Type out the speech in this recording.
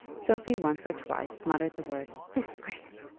sophie once or twice muttered the word disgrace!